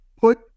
put